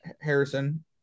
Harrison